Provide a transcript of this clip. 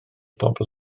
bobl